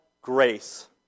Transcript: grace